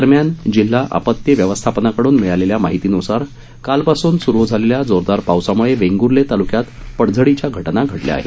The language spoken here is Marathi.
दरम्यान जिल्हा आपती व्यवस्थापनकड़न मिळालेल्या माहितीनुसार कालपासून सूरु असलेल्या जोरदार पावसामुळे वैंगुर्ले तालुक्यात पडझडीच्या घटना घडल्या आहेत